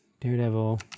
Daredevil